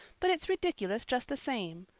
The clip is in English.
but it's ridiculous just the same.